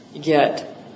get